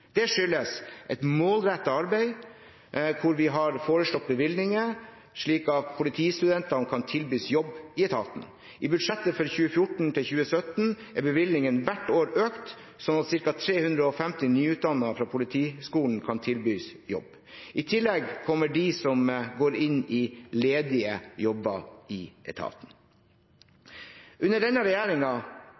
Det skyldes et målrettet arbeid der vi har foreslått bevilgninger slik at politistudentene kan tilbys jobb i etaten. I budsjettet for 2014–2017 er bevilgningene hvert år økt, slik at ca. 350 nyutdannede fra Politihøgskolen kan tilbys jobb. I tillegg kommer de som går inn i ledige jobber i etaten. Under denne